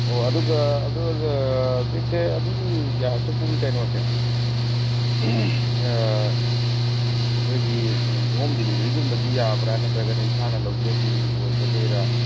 ꯑꯣ ꯑꯗꯨꯒ ꯑꯗꯣ ꯍꯧꯖꯤꯛꯁꯦ ꯑꯗꯨꯒꯤ ꯒ꯭ꯌꯥꯁ ꯎꯄꯨꯒꯤ ꯀꯩꯅꯣꯁꯦ ꯑꯩꯈꯣꯏꯒꯤ ꯍꯣꯝ ꯗꯦꯂꯤꯚꯔꯤꯒꯨꯝꯕꯗꯤ ꯌꯥꯕ꯭ꯔꯥ ꯅꯠꯇ꯭ꯔꯒꯅ ꯏꯁꯥꯅ ꯂꯧꯖꯕꯤ ꯑꯣꯏꯒꯗꯣꯏꯔꯥ